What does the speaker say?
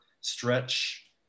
stretch